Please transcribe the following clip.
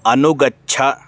अनुगच्छ